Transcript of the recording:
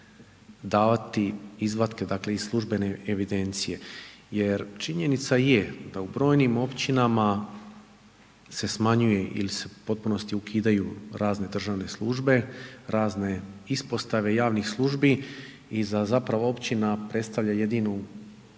davati izvatke dakle iz službene evidencije jer činjenica je da u brojnim općinama se smanjuje ili se u potpunosti ukidaju razne državne službe, razne ispostave javnih službi i zapravo općina predstavlja jedinu